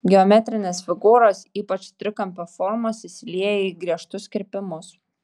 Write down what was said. geometrinės figūros ypač trikampio formos įsilieja į griežtus kirpimus